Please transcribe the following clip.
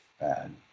bad